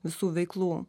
visų veiklų